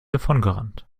davongerannt